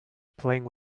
playing